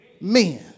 Men